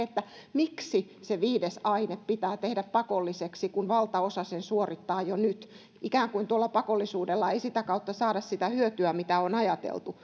miksi viides aine pitää tehdä pakolliseksi kun valtaosa sen suorittaa jo nyt tuolla pakollisuudella ei sitä kautta saada sitä hyötyä mitä on ajateltu